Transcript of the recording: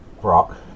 Brock